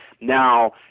Now